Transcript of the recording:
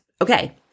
Okay